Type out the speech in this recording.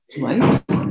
right